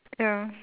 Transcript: ya